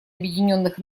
объединенных